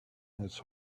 his